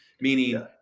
meaning